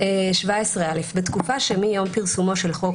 שעה 17.(א)בתקופה שמיום פרסומו של חוק